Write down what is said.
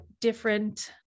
different